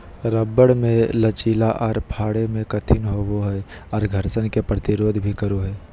rubber मे लचीला आर फाड़े मे कठिन होवो हय आर घर्षण के प्रतिरोध भी करो हय